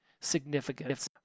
significance